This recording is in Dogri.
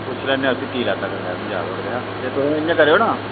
पुच्छी लैन्ने आं कि उ'न्नै की लैता थुआढ़े शा कराया जैदा ते तुस इ'यां करेओ ना